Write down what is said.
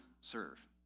Serve